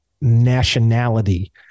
nationality